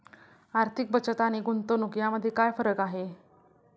आर्थिक बचत आणि गुंतवणूक यामध्ये काय फरक आहे?